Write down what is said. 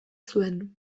zuen